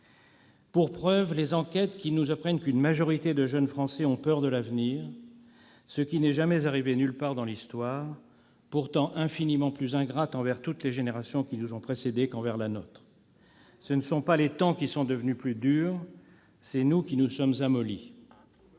pour preuve les enquêtes qui nousapprennent qu'une majorité des jeunes Français ontpeur de l'avenir, ce qui n'est jamais arrivé nulle partdans l'histoire, pourtant infiniment plus ingrateenvers toutes les générations qui nous ont précédésqu'envers la nôtre. Ce ne sont pas les temps qui sontdevenus plus durs ; c'est nous qui nous sommesamollis.